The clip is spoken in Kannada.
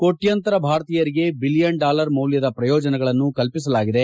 ಕೋಟ್ಕಂತರ ಭಾರತೀಯರಿಗೆ ಬಿಲಿಯನ್ ಡಾಲರ್ ಮೌಲ್ಕದ ಪ್ರಯೋಜನಗಳನ್ನು ಕಲ್ಪಿಸಲಾಗಿದೆ